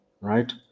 right